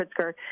Pritzker